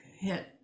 hit